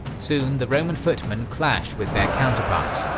soon the roman footmen clashed with their counterparts,